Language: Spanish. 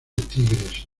tigres